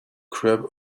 crab